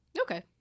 Okay